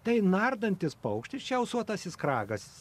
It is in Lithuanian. tai nardantis paukštis čia ausuotasis kragas